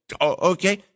Okay